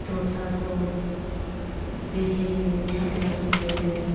तोते को बिल्ली ने झपट ले गई